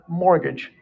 mortgage